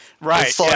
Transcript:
Right